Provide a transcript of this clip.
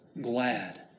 glad